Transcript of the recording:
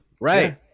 Right